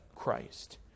christ